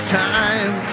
time